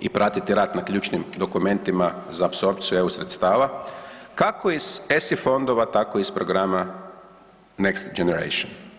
i pratiti rad na ključnim dokumentima za apsorpciju eu sredstava kako iz ESI fondova, tako iz programa Next Generation.